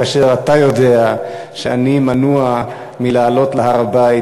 כאשר אתה יודע שאני מנוע מלעלות להר-הבית